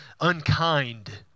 unkind